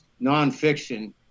nonfiction